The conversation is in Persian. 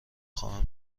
خواهم